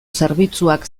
zerbitzuak